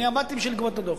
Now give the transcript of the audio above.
אני עבדתי כדי לגבות את הדוח.